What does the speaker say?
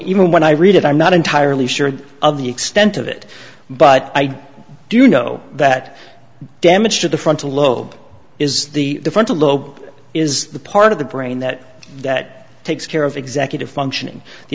even when i read it i'm not entirely sure of the extent of it but i do know that damage to the frontal lobe is the frontal lobe is the part of the brain that that takes care of executive functioning the